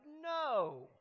no